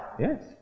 Yes